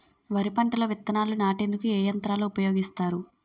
వరి పంటలో విత్తనాలు నాటేందుకు ఏ యంత్రాలు ఉపయోగిస్తారు?